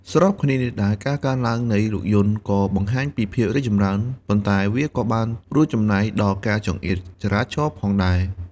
ស្របគ្នានេះដែរ ការកើនឡើងនៃ រថយន្ត ក៏បង្ហាញពីភាពរីកចម្រើន ប៉ុន្តែវាក៏បានរួមចំណែកដល់ការចង្អៀតចរាចរណ៍ផងដែរ។